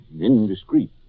indiscreet